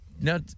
Now